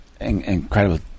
Incredible